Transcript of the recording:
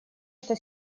что